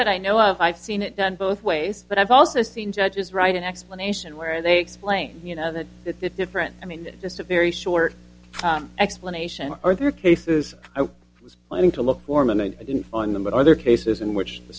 that i know of i've seen it done both ways but i've also seen judges write an explanation where they explain you know that that that different i mean just a very short explanation or there are cases i was planning to look for a moment i didn't find them but other cases in which the